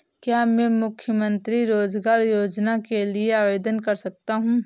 क्या मैं मुख्यमंत्री रोज़गार योजना के लिए आवेदन कर सकता हूँ?